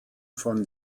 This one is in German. von